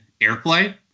airplay